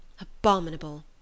Abominable